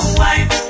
wife